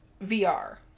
VR